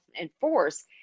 enforce